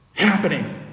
happening